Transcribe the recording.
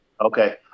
Okay